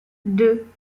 deux